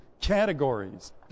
categories